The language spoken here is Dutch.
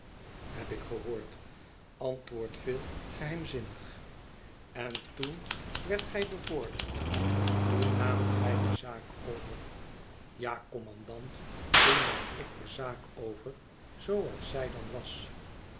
heb ik gehoord antwoordt phil geheimzinnig en toen werdt gij bevorderd toen naamt gij de zaak over ja kommandant toen nam ik de zaak over zooals zij dan was